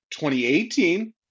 2018